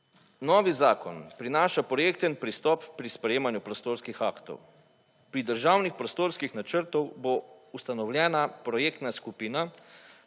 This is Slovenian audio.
Novi zakon prinaša projekten pristop pri sprejemanju prostorskih aktov. Pri državnih prostorskih načrtih bo ustanovljena projektna skupina